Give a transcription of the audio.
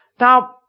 Now